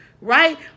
Right